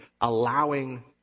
allowing